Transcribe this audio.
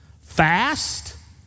fast